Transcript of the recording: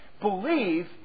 believe